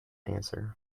answer